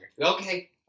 okay